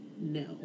No